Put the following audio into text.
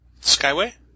Skyway